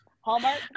Hallmark